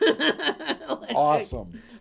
Awesome